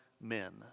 men